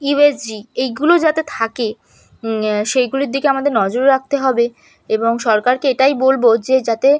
you S G এইগুলো যাতে থাকে সেইগুলির দিকে আমাদের নজর রাখতে হবে এবং সরকারকে এটাই বলব যে যাতে